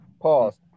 Pause